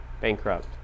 bankrupt